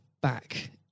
back